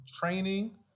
training